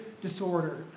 disorder